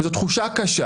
וזו תחושה קשה